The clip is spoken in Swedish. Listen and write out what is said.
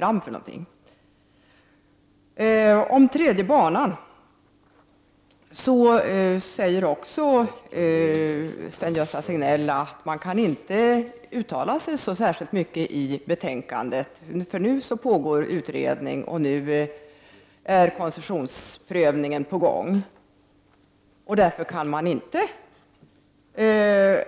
Beträffande den tredje banan på Arlanda säger Sven-Gösta Signell att man inte kan uttala sig så särskilt mycket i betänkandet, eftersom det nu pågår en utredning och eftersom koncessionsprövningen pågår. Därför kan socialdemokraterna inte